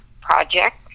project